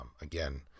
Again